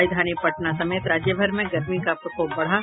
राजधानी पटना समेत राज्यभर में गर्मी का प्रकोप बढ़ा